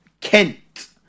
Kent